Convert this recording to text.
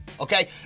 okay